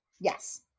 yes